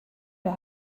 wer